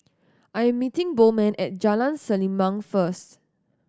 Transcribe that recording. I am meeting Bowman at Jalan Selimang first